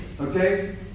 Okay